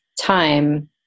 time